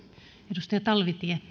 arvoisa